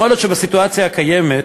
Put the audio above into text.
יכול להיות שבסיטואציה הקיימת